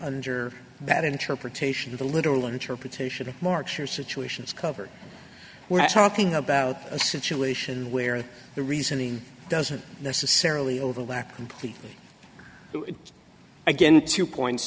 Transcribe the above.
under that interpretation the literal interpretation of marchers situations covered we're talking about a situation where the reasoning doesn't necessarily overlap completely again two points